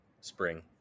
spring